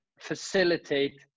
facilitate